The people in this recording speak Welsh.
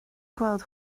gweld